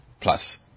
plus